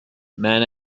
man